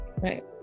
Right